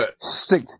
stick